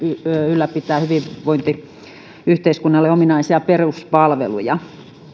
ylläpitää hyvinvointiyhteiskunnalle ominaisia peruspalveluja